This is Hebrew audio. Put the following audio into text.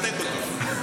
מרתק אותו.